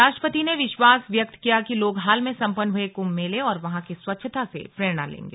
राष्ट्रपति ने विश्वास व्यक्त किया कि लोग हाल में संपन्न हुए कुंभ मेले और वहां की स्वच्छता से प्रेरणा लेंगे